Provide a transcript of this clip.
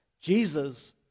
Jesus